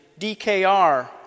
DKR